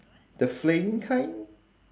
the flaying kind